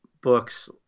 books